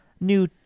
new